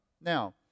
Now